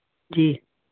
جی